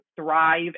thrive